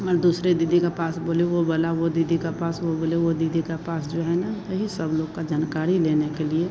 और दूसरे दीदी का पास बोले वह वाला वह दीदी के पास वह बोले वह दीदी के पास जो है ना यही सब लोग की जनकारी लेने के लिए